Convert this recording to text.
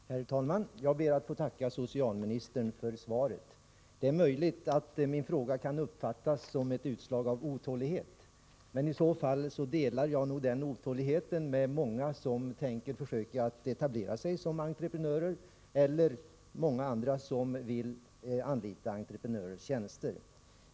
Herr talman! Jag ber att få tacka socialministern för svaret. Det är möjligt att min fråga kan uppfattas som ett utslag av otålighet, men i så fall delar jag nog den otåligheten med många som tänker försöka etablera sig som entreprenörer och med många andra som vill anlita entreprenörers tjänster.